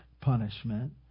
punishment